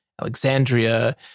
Alexandria